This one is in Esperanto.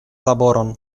laboron